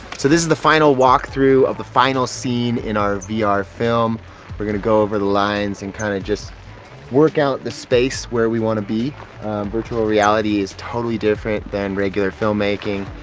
so this is the final walk through of the final scene in our vr film we're going to go over the lines and kind of just work out the space where we want to be virtual reality is totally different than regular film making.